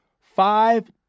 five